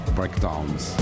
Breakdowns